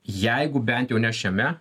jeigu bent jau ne šiame